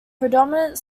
predominant